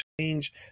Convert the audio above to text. change